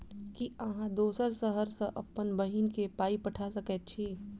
की अहाँ दोसर शहर सँ अप्पन बहिन केँ पाई पठा सकैत छी?